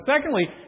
Secondly